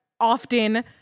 often